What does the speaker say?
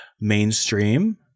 mainstream